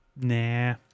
Nah